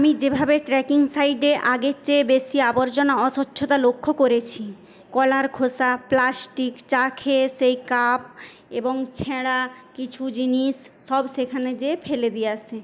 আমি যেভাবে ট্র্যাকিং সাইডে আগের চেয়ে বেশি আবর্জনা অস্বচ্ছতা লক্ষ্য করেছি কলার খোসা প্লাস্টিক চা খেয়ে সেই কাপ এবং ছেঁড়া কিছু জিনিস সব সেখানে যেয়ে ফেলে দিয়ে আসে